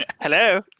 Hello